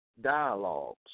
dialogues